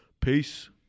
Peace